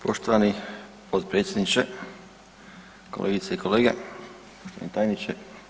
Poštovani potpredsjedniče, kolegice i kolege, uvaženi tajniče.